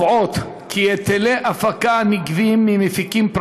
אני מתכבד להביא בפניכם,